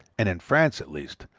and in france, at least,